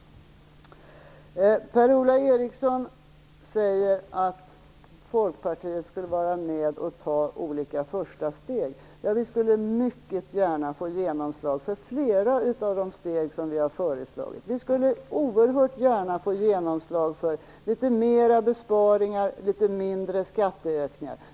Per-Ola Eriksson säger att Folkpartiet borde vara med och ta olika första steg. Ja, vi skulle mycket gärna vilja få genomslag för flera av de steg vi har föreslagit. Vi skulle oerhört gärna få genomslag för litet mera besparingar, litet mindre skatteökningar.